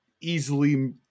easily